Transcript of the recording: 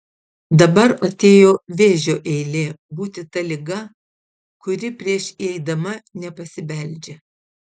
dabar atėjo vėžio eilė būti ta liga kuri prieš įeidama nepasibeldžia